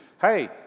Hey